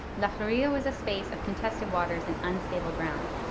la florida was a space of contested waters and unstable ground,